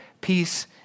peace